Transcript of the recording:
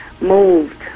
moved